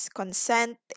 consent